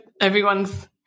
everyone's